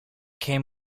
came